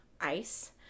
ice